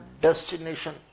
destination